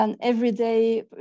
everyday